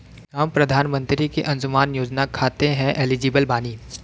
हम प्रधानमंत्री के अंशुमान योजना खाते हैं एलिजिबल बनी?